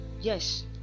yes